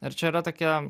ir čia yra tokia